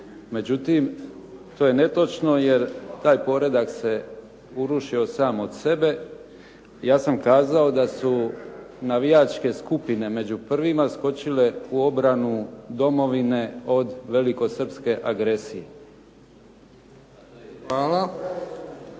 Međutim, to je netočno jer taj poredak se urušio sam od sebe. Ja sam kazao da su navijačke skupine među prvima skočile u obranu domovine od velikosrpske agresije.